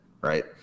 right